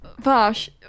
Vash